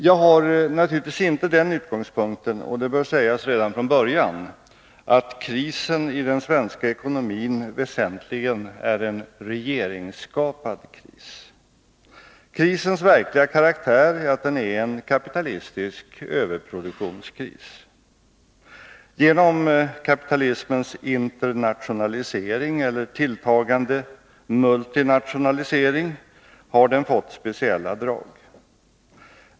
Jag har naturligtvis inte den utgångspunkten, och det bör sägas redan från början, att krisen i den svenska ekonomin väsentligen är en regeringsskapad kris. Krisens verkliga karaktär är att den är en kapitalistisk överproduktionskris. Genom kapitalismens internationalisering eller tilltagande multinationalisering har krisen fått speciella drag.